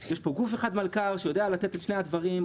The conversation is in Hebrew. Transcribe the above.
יש פה גוף אחד מלכ"ר שיודע לתת את שני הדברים,